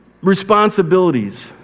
responsibilities